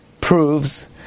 proves